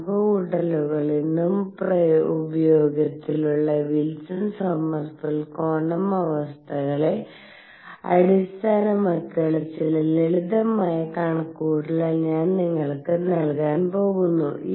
കണക്കുകൂട്ടലുകൾ ഇന്നും ഉപയോഗത്തിലുള്ള വിൽസൺ സോമർഫെൽഡ് ക്വാണ്ടം അവസ്ഥകളെ അടിസ്ഥാനമാക്കിയുള്ള ചില ലളിതമായ കണക്കുകൂട്ടലുകൾ ഞാൻ നിങ്ങൾക്ക് നൽകാൻ പോകുന്നു